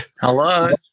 Hello